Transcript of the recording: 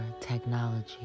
technology